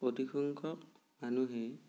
অধিক সংখ্যক মানুহেই